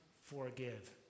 forgive